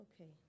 Okay